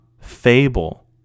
fable